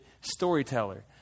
storyteller